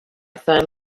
firm